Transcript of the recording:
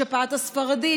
השפעת הספרדית,